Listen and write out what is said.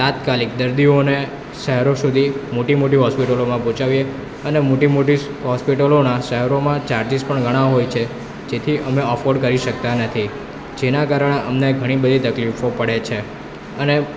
તાત્કાલિક દર્દીઓને શહેરો સુધી મોટી મોટી હોસ્પિટલોમાં પહોંચાડીએ અને મોટી મોટી હોસ્પિટલોના શહેરોમાં ચાર્જિસ પણ ઘણા હોય છે જેથી અમે અફોર્ડ કરી શકતા નથી જેનાં કારણે અમને ઘણી બધી તકલીફો પડે છે અને